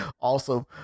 Awesome